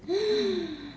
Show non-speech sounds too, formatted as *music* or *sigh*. *noise*